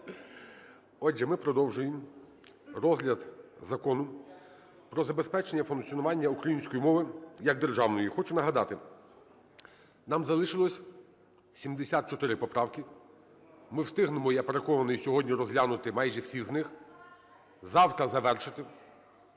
Отже, ми продовжуємо розгляд Закону про забезпечення функціонування української мови як державної. Хочу нагадати, нам залишилося 74 поправки. Ми встигнемо, я переконаний, сьогодні розглянути майже всі з них, завтра завершити.